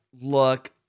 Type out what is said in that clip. look